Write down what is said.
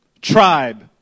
tribe